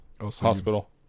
hospital